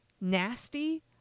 nasty